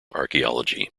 archaeology